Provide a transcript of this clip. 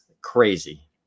crazy